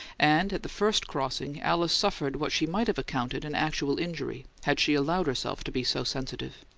and at the first crossing alice suffered what she might have accounted an actual injury, had she allowed herself to be so sensitive.